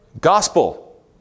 gospel